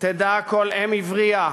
"תדע כל אם עברייה